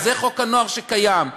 זה חוק הנוער שקיים.